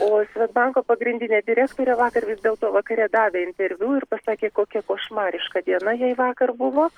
o svedbanko pagrindinė direktorė vakar vis dėlto vakare davė interviu ir pasakė kokia košmariška diena jai vakar buvo